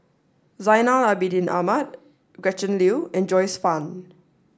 Zainal Abidin Ahmad Gretchen Liu and Joyce Fan